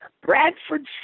Bradford